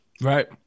Right